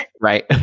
Right